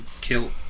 kill